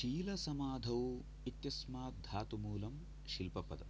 शीलसमाधौ इत्यस्मात् धातुमूलं शिल्पपद